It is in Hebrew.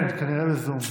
כן, כנראה בזום.